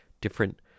different